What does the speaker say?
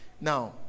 Now